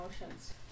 emotions